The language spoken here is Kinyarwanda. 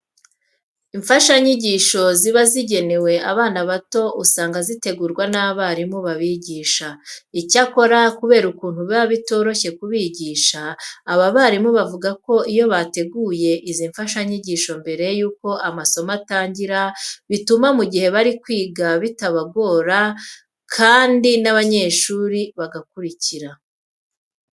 Imfashanyigisho ziba zigenewe abana bato usanga zitegurwa n'abarimu babigisha. Icyakora kubera ukuntu biba bitoroshye kubigisha, aba barimu bavuga ko iyo bateguye izi mfashanyigisho mbere yuko amasomo atangira bituma mu gihe bari kwigisha bitabagora kandi n'abanyeshuri bagakurikira.